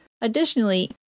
Additionally